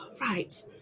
right